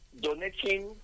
donating